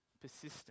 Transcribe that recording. persistent